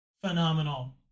phenomenal